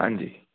ਹਾਂਜੀ